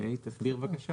אוקיי, תסביר בבקשה.